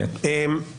אני אגיד הרבה יותר רחב.